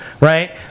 Right